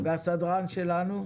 והסדרן שלנו?